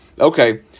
okay